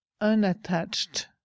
unattached